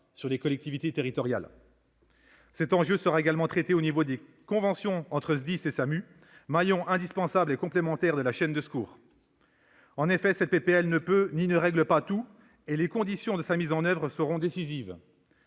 sur les collectivités territoriales. Cet enjeu sera également traité au niveau des conventions entre SDIS et SAMU, maillons indispensables et complémentaires de la chaîne du secours. En effet, cette proposition de loi ne peut pas tout régler, et les conditions de sa mise en oeuvre seront décisives.